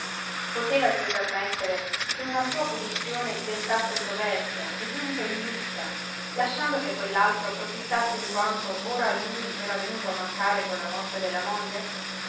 poteva dio permettere che una sua punizione diventasse soverchia e dunque ingiusta lasciando che quell'altro profittasse di quanto ora a lui era venuto a mancare con la morte della moglie